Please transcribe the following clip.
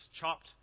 chopped